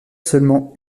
seulement